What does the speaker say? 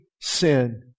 Sin